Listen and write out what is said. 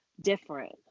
different